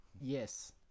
Yes